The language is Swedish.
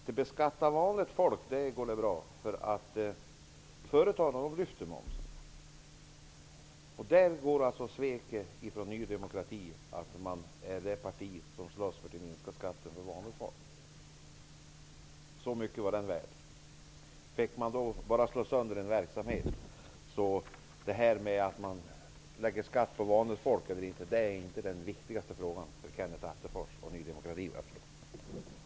Att beskatta vanligt folk går bra, för företagen får ju lyfta av momsen. Det är sveket från Ny demokrati, som säger sig vara det parti som slåss för att minska skatten för vanligt folk. Så mycket var det hela värt. Om man skall lägga mer skatt på vanligt folk eller inte är inte den viktigaste frågan för Kenneth Attefors och Ny demokrati, såvitt jag förstår.